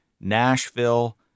Nashville